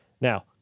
Now